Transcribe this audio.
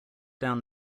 down